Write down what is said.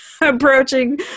approaching